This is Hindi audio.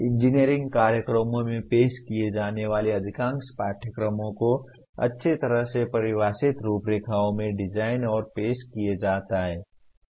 इंजीनियरिंग कार्यक्रमों में पेश किए जाने वाले अधिकांश पाठ्यक्रमों को अच्छी तरह से परिभाषित रूपरेखाओं में डिजाइन और पेश किया जाता है ठीक है